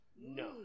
No